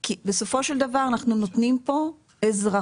כי בסופו של דבר אנחנו נותנים פה אזרחות.